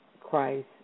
Christ